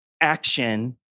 action